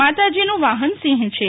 માતાજીનું વાહન સિંહ છે